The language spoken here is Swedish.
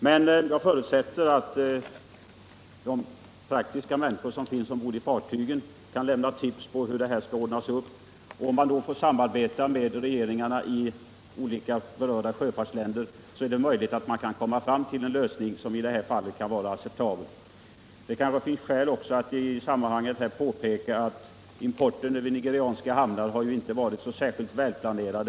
Men jag förutsätter att de praktiska människor som finns ombord i fartygen kan lämna tips på hur detta skall ordnas. Om man då får samarbeta med regeringarna i olika berörda sjöfartsländer är det möjligt att man kan komma fram till en lösning som är acceptabel. Det kanske också finns skäl att i sammanhanget påpeka att importen över nigerianska hamnar inte varit så särskilt välplanerad.